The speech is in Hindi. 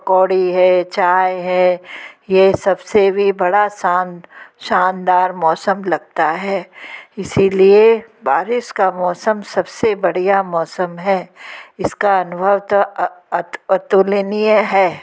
पकोड़ी है चाय है यह सब से भी बड़ा शांत शानदार मौसम लगता है इसीलिए बारिश का मौसम सबसे बढ़िया मौसम है इसका अनुभव तो अतुलनीय है